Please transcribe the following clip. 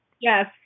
Yes